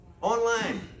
Online